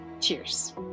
Cheers